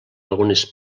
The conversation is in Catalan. algunes